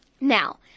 Now